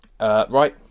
Right